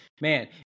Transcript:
Man